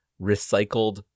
recycled